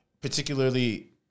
particularly